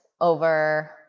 over